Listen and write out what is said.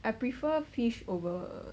I prefer fish over